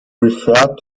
referred